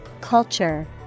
culture